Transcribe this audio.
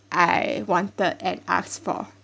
I wanted and asked for